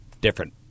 different